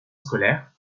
scolaire